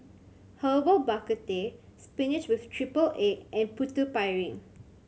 Herbal Bak Ku Teh spinach with triple egg and Putu Piring